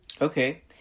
Okay